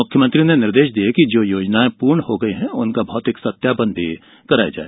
मुख्यमंत्री श्री चौहान ने निर्देश दिए कि जो योजनाएँ पूर्ण हो गई हैं उनका भौतिक सत्यापन कराया जाए